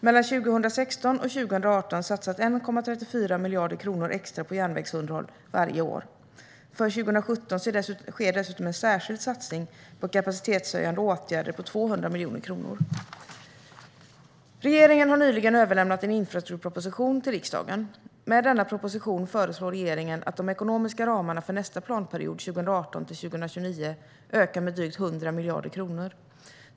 Mellan 2016 och 2018 satsas 1,34 miljarder kronor extra på järnvägsunderhåll varje år. För 2017 sker dessutom en särskild satsning på kapacitetshöjande åtgärder på 200 miljoner kronor. Regeringen har nyligen överlämnat en infrastrukturproposition till riksdagen. Med denna proposition föreslår regeringen att de ekonomiska ramarna för nästa planperiod, 2018-2029, ökar med drygt 100 miljarder kronor.